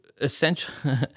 essentially